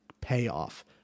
payoff